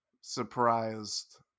surprised